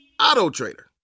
Auto-trader